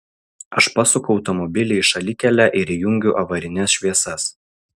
aš pasuku automobilį į šalikelę ir įjungiu avarines šviesas